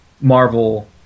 Marvel